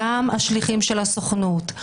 גם השליחים של הסוכנות.